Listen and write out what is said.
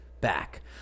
back